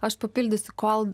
aš papildysiu kol